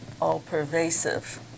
all-pervasive